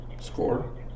Score